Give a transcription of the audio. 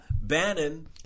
Bannon